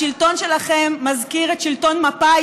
השלטון שלכם מזכיר את שלטון מפא"י,